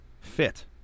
fit